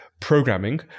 programming